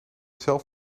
zelf